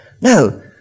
No